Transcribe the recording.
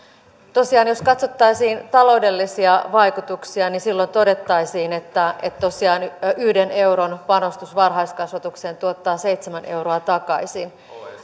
tosiaan jos katsottaisiin taloudellisia vaikutuksia niin silloin todettaisiin että että yhden euron panostus varhaiskasvatukseen tuottaa seitsemän euroa takaisin